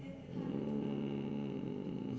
um